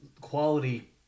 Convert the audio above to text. quality